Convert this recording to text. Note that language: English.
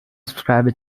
subscribe